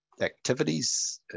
activities